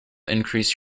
increase